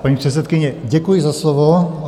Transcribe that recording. Paní předsedkyně, děkuji za slovo.